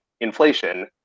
inflation